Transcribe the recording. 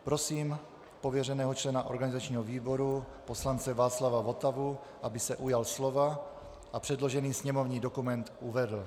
Prosím pověřeného člena organizačního výboru poslance Václava Votavu, aby se ujal slova a předložený sněmovní dokument uvedl.